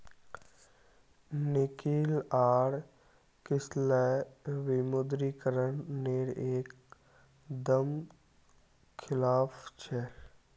निकिल आर किसलय विमुद्रीकरण नेर एक दम खिलाफ छे